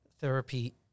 therapy